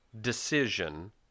decision